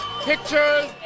pictures